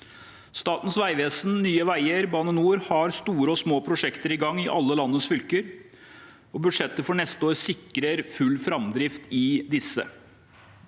Statens vegvesen, Nye veier og Bane NOR har store og små prosjekter i gang i alle landets fylker. Budsjettet for neste år sikrer full framdrift i disse.